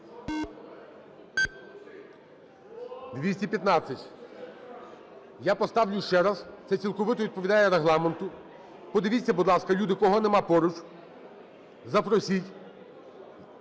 За-215 Я поставлю ще раз, це цілковито відповідає Регламенту. Подивіться, будь ласка, люди, кого нема поруч, запросіть.